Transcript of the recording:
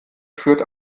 führt